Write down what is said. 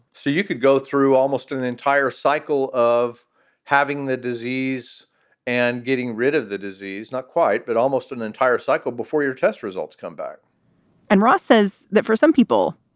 so you could go through almost an entire cycle of having the disease and getting rid of the disease. not quite, but almost an entire cycle before your test results come back and ross says that for some people,